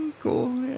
Cool